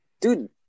Dude